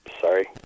Sorry